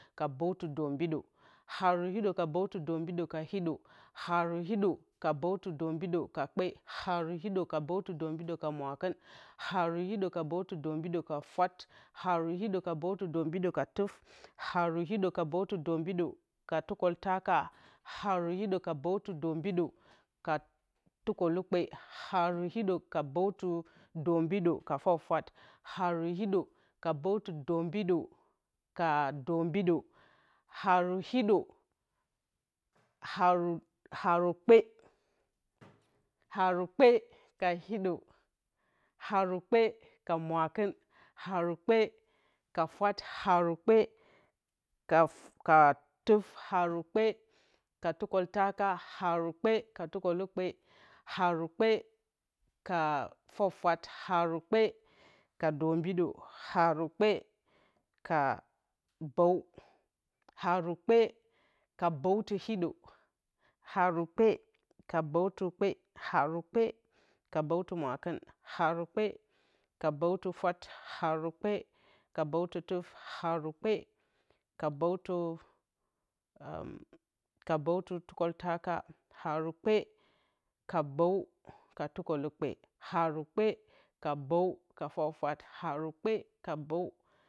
Ka bǝwtɨ dombidǝ haru hiɗǝ ka bǝwtɨ dombidǝ ka kpe haru hiɗǝ ka bǝwtɨ dombidǝ ka mwakɨn haru hiɗǝ ka bǝwtɨ dombidǝ ka fwat haru hiɗǝ ka bǝwtɨ dombidǝ ka tuf haru hiɗǝ ka bǝwtɨ dombidǝ ka tukǝltaka haru hiɗǝ ka bǝwtɨ dombidǝ ka tukǝlukpe haru hiɗǝ ka bǝwtɨ dombidǝ ka fwafwat haru hiɗǝ ka bǝwtɨ dombidǝ ka dombido haru hiɗǝ haru kpe haru kpe ka hiɗo haru kpe ka mwakɨn haru kpe ka fwat harukpe ka tuf haru kpe ka tukǝltaka haru kpe ka tukǝlukpe haru kpe ka fwafwat haru kpe ka dombidǝ haru kpe ka bǝw haru kpe ka bǝwtǝ hiɗo haru kpe ka bǝwtǝ kpe haru kpe ka bǝwtǝ mwakɨn haru kpe ka bǝwtǝ ka fwat haru kpe ka bǝwtǝ ka tuf haru kpe ka bǝwtǝ tukǝltaka haru kpe ka bǝwtǝ ka tukǝlukpe haru kpe ka bǝwtǝ fwafwat haru kpe ka bǝwtǝ